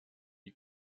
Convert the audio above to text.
die